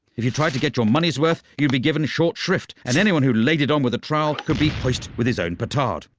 if you try to get your money's worth you'd be given short shrift and anyone who laid it on with a trial could be pushed with his own petard.